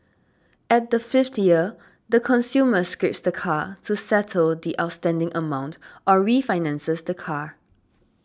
at the fifth year the consumer scraps the car to settle the outstanding amount or refinances the car